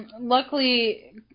Luckily